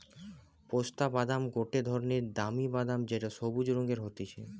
পেস্তা বাদাম গটে ধরণের দামি বাদাম যেটো সবুজ রঙের হতিছে